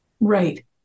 Right